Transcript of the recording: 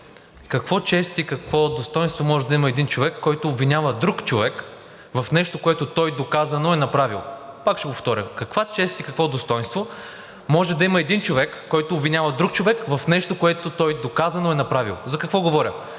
каква чест и какво достойнство може да има един човек, който обвинява друг човек в нещо, което той доказано е направил? Пак ще го повторя. Каква чест и какво достойнство може да има един човек, който обвинява друг човек в нещо, което той доказано е направил? За какво говоря?